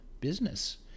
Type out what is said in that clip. business